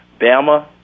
Bama